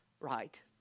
Right